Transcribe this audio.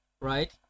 right